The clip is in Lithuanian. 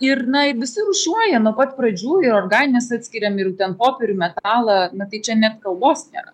ir na visi rūšiuoja nuo pat pradžių ir organines atskiriam ir ten popierių metalą na tai čia net kalbos nėra